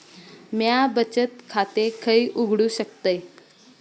म्या बचत खाते खय उघडू शकतय?